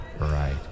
Right